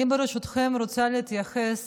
אני, ברשותכם, רוצה להתייחס